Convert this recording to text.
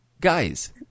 Guys